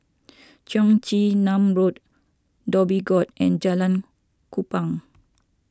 Cheong Chin Nam Road Dhoby Ghaut and Jalan Kupang